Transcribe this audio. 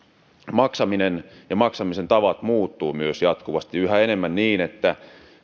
maksaminen ja maksamisen tavat muuttuvat jatkuvasti yhä enemmän niin että